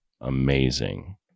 amazing